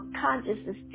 consciousness